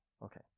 Okay